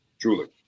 truly